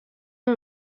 amb